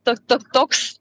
to to toks